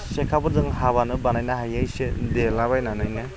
सेखाफोरजों हाब्लानो बानायनो हायो एसे देलाबायनानैनो